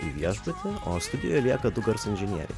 į viešbutį o studijoj lieka du garso inžinieriai